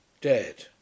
dead